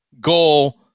goal